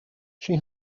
she